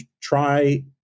try